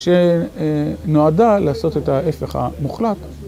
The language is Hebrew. שנועדה לעשות את ההפך המוחלט.